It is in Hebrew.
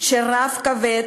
של רעב כבד,